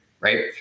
right